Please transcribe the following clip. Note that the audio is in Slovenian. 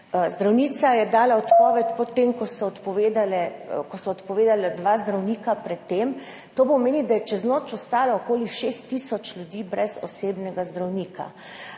Zdravnica je dala odpoved po tem, ko sta pred tem odpovedala dva zdravnika. To pomeni, da je čez noč ostalo okoli 6 tisoč ljudi brez osebnega zdravnika.